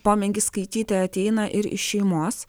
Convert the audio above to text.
pomėgis skaityti ateina ir iš šeimos